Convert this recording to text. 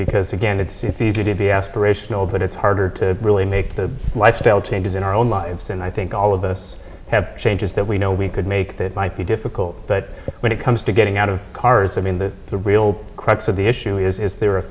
because again it's easy to be aspirational but it's harder to really make the lifestyle changes in our own lives and i think all of us have changes that we know we could make that might be difficult but when it comes to getting out of cars i mean the real crux of the issue is is there a